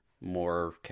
more